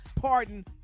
pardon